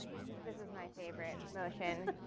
this is this is my favorite motion.